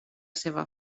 seva